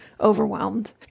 overwhelmed